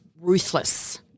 ruthless